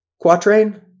Quatrain